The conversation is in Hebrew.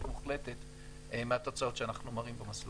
מוחלטת מהתוצאות שאנחנו מראים במסלולים.